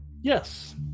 Yes